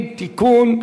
מציעים תיקון.